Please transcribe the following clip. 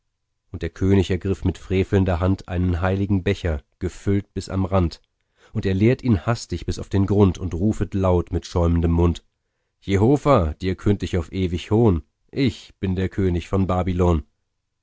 und der könig ergriff mit frevler hand einen heiligen becher gefüllt bis am rand und er leert ihn hastig bis auf den grund und rufet laut mit schäumendem mund jehova dir künd ich auf ewig hohn ich bin der könig von babylon